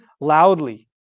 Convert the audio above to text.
loudly